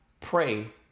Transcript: pray